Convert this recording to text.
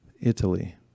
Italy